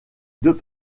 deux